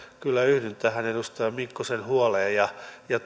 kyllä yhdyn tähän edustaja mikkosen huoleen ja